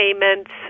payments